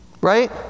right